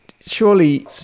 Surely